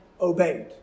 obeyed